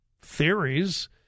theories